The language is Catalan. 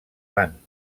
van